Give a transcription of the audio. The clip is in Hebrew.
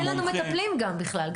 לך אין לנו מטפלים גם בכלל.